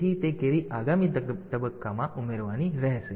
તેથી તે કેરી આગામી તબક્કામાં ઉમેરવાની રહેશે